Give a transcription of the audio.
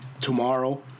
tomorrow